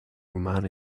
woman